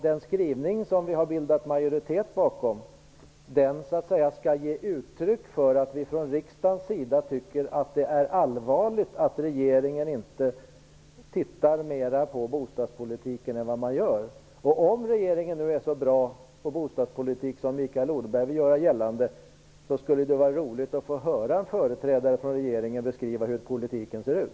Den skrivning som en majoritet står bakom skall ge uttryck för att vi från riksdagens sida tycker att det är allvarligt att regeringen inte går in mera för bostadspolitiken än vad man gör. Om regeringen nu är så bra på bostadspolitik som Mikael Odenberg vill göra gällande, skulle det vara roligt att få höra en företrädare för regeringen beskriva hur politiken ser ut.